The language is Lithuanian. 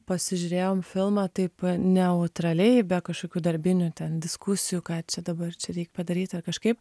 pasižiūrėjom filmą taip neutraliai be kažkokių darbinių ten diskusijų ką čia dabar čia reik padaryti ar kažkaip